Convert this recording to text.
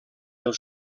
del